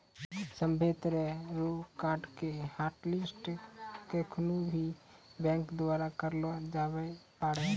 सभ्भे तरह रो कार्ड के हाटलिस्ट केखनू भी बैंक द्वारा करलो जाबै पारै